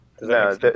no